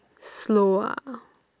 slow ah